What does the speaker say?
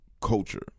culture